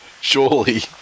surely